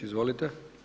Izvolite.